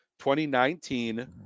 2019